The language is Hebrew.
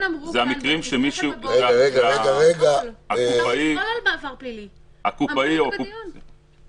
אמרו שמותר לשאול בעל-פה